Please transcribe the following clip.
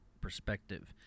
perspective